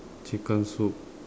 chicken soup